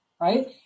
right